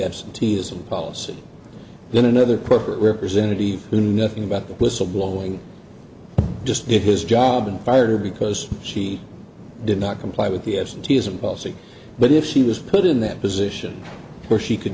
absenteeism policy in another corporate representative who knew nothing about the whistle blowing just did his job and fired her because she did not comply with the absenteeism policy but if she was put in that position where she could